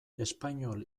espainol